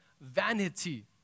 vanity